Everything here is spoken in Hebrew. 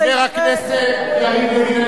חבר הכנסת יריב לוין,